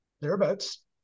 thereabouts